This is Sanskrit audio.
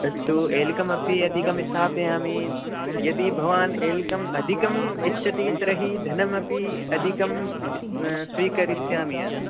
अस्तु एलकाम् अपि अधिकं स्थापयामि यदि भवान् एलकाम् अधिकम् इच्छति तर्हि धनमपि अधिकं स्वीकरिष्यामि अहं